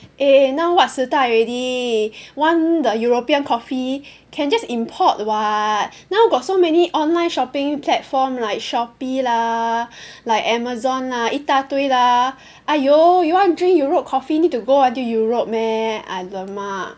eh now what 时代 already want the European coffee can just import [what] now got so many online shopping platform like Shopee lah like Amazon ah 一大堆 lah !aiyo! you want drink Europe coffee need to go until Europe meh alamak